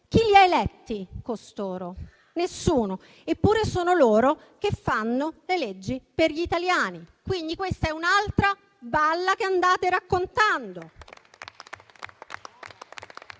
chi li ha eletti? Nessuno, eppure sono loro che fanno le leggi per gli italiani. Questa è quindi un'altra balla che andate raccontando.